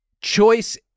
choice